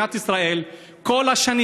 מדינת ישראל מנסה כל השנים,